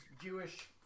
Jewish